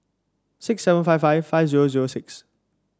six seven five five five zero zero six